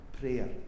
prayer